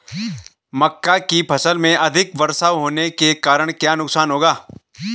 मक्का की फसल में अधिक वर्षा होने के कारण क्या नुकसान होगा?